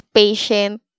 patient